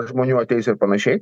žmonių ateis ir panašiai